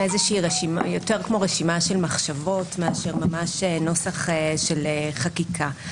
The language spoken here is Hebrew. כמו רשימה של מחשבות מאשר ממש נוסח של חקיקה.